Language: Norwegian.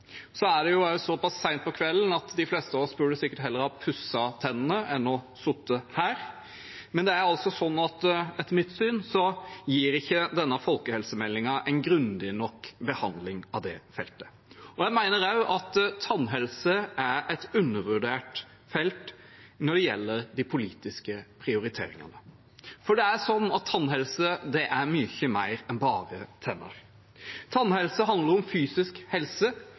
så pass sent på kvelden at de fleste av oss heller burde ha pusset tennene enn å sitte her. Etter mitt syn gir ikke denne folkehelsemeldingen en grundig nok behandling av dette feltet. Jeg mener også at tannhelse er et undervurdert felt når det gjelder de politiske prioriteringene. For tannhelse er mye mer enn bare tenner. Tannhelse handler også om fysisk helse.